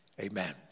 amen